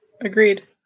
Agreed